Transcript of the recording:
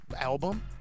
album